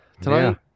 tonight